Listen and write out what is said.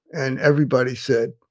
and everybody said,